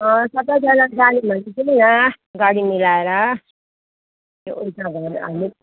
सबजना जाने भन्दैछन् यहाँ गाडी मिलाएर